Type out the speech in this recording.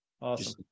awesome